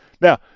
Now